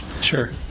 Sure